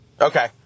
okay